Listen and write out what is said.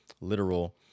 literal